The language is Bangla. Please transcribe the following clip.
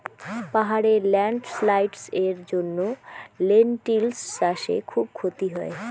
পাহাড়ে ল্যান্ডস্লাইডস্ এর জন্য লেনটিল্স চাষে খুব ক্ষতি হয়